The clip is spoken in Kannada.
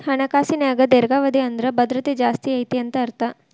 ಹಣಕಾಸಿನ್ಯಾಗ ದೇರ್ಘಾವಧಿ ಅಂದ್ರ ಭದ್ರತೆ ಜಾಸ್ತಿ ಐತಿ ಅಂತ ಅರ್ಥ